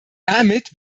damit